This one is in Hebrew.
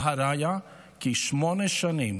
והראיה היא כי שמונה שנים,